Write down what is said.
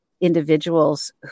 individuals